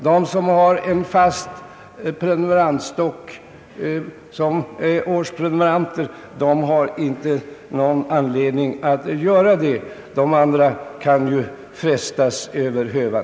De som har en fast prenumerantstock som årsprenumeranter har inte någon anledning att göra det, men de andra kan frestas över hövan.